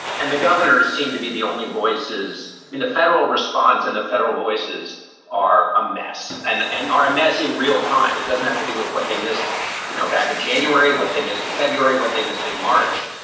and the governors seem to be the only voices in the federal response. and the federal voices are a mess and and are a mess in real time. it doesn't have to do with what they you know, back in january, what they missed in february, what they missed in march.